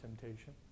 temptation